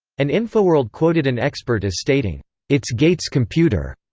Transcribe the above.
and infoworld quoted an expert as stating it's gates' computer.